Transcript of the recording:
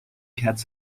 cats